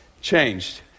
changed